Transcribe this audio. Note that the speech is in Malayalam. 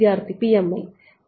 വിദ്യാർത്ഥി PML